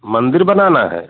मंदिर बनाना है